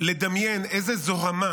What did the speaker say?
לדמיין איזה זוהמה,